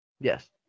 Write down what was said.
Yes